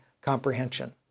comprehension